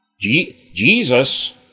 Jesus